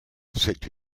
c’est